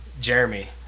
Jeremy